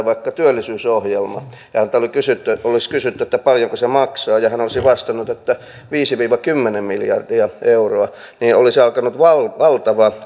vaikka työllisyysohjelman ja olisi kysytty paljonko se maksaa ja hän olisi vastannut että viisi viiva kymmenen miljardia euroa niin olisi alkanut valtava valtava